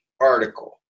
article